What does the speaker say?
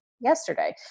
yesterday